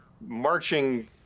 marching